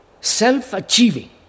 self-achieving